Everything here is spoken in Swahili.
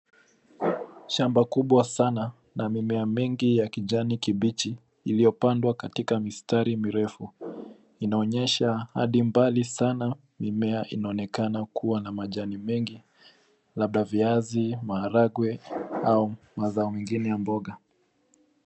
Shamba kubwa Sana na mimea mengi ya kijani kibichi iliopanda katikati mistari mirefu, inaonyesha hadi mbali Sana mimea inaonekana kuwa na majani mengi labda viazi, maharagwe au mazao mengine ya mboga.